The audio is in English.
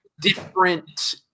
different